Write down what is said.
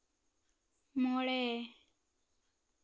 ᱢᱚᱬᱮ